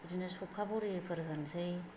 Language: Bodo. बिदिनो सौखा बरिफोर होनोसै